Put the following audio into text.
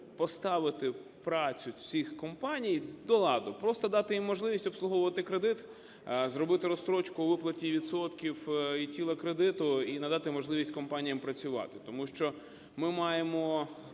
поставити працю цих компаній до ладу, просто дати їм можливість обслуговувати кредит, зробити розстрочку у виплаті відсотків і тілу кредиту і надати можливість компаніям працювати. Тому що ми маємо